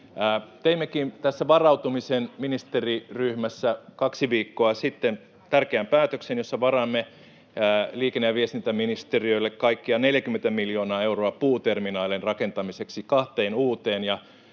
Teimmekin tässä varautumisen ministeriryhmässä kaksi viikkoa sitten tärkeän päätöksen, jossa varaamme liikenne- ja viestintäministeriölle kaikkiaan 40 miljoonaa euroa puuterminaalien rakentamiseksi, kahteen uuteen